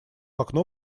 окно